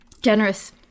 generous